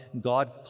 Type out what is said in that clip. God